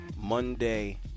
Monday